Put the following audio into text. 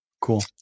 cool